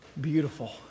Beautiful